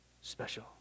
special